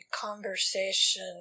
conversation